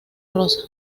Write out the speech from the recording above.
rosa